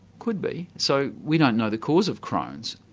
could be. so we don't know the cause of crohn's.